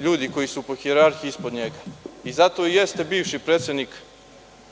ljudi koji su po hijerarhiji ispod njega. Zato jeste bivši predsednik